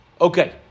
Okay